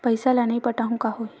पईसा ल नई पटाहूँ का होही?